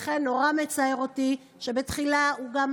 לכן נורא מצער אותי שבתחילה הוא גם